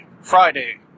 Friday